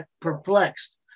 perplexed